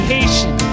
Haitian